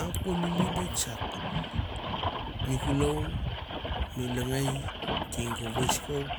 Angkolili be tsak mi kuloe mi langei kingko was kok